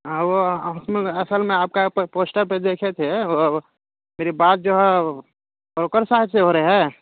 ہاں وہ اصل میں آپ کا پوسٹر پہ دیکھے تھے میری بات جو ہے بروکر صاحب سے ہو رہی ہے